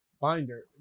binder